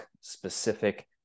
specific